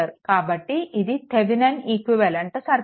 కాబట్టి ఇది Thevenin equivalent circuit